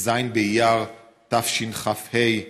בט"ז באייר תשכ"ה,